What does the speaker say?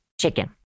chicken